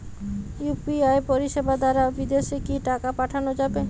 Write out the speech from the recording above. UPI পরিষেবা দারা বিদেশে কি টাকা পাঠানো যাবে?